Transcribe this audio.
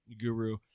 guru